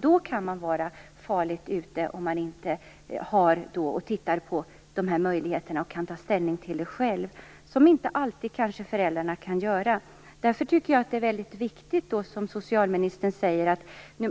Det kan vara farligt om man inte själv kan se de olika möjligheterna och kan ta ställning till dem själv. Det kan föräldrarna kanske inte alltid göra. Därför tycker jag att det är mycket viktigt